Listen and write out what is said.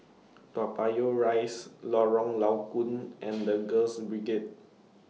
Toa Payoh Rise Lorong Low Koon and The Girls Brigade